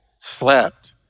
slept